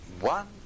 one